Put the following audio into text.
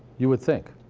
you would think.